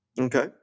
okay